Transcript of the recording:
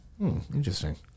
Interesting